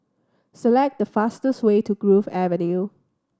select the fastest way to Grove Avenue